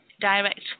direct